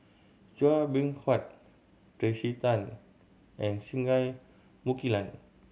Chua Beng Huat Tracey Tan and Singai Mukilan